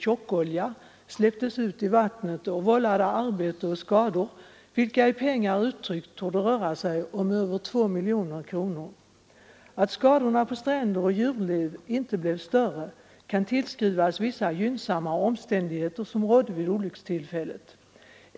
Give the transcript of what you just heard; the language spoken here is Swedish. tjockolja släpptes ut i vattnet och vållade arbete och skador till ett värde som torde ligga över 2 miljoner kronor. Att skadorna på stränder och djurliv inte blev större kan endast tillskrivas vissa gynnsamma omständigheter, som rådde vid olyckstillfället.